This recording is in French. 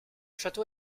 château